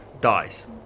dies